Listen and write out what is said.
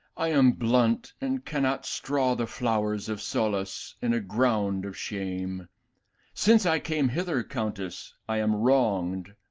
i am blunt and cannot straw the flowers of solace in a ground of shame since i came hither, countess, i am wronged.